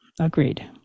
agreed